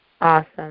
Awesome